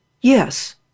yes